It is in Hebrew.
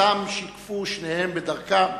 שאותם שיקפו שניהם בדרכם,